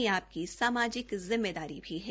यह आपकी सामाजिक जिम्मेदारी भी है